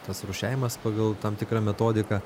tas rūšiavimas pagal tam tikrą metodiką